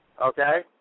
okay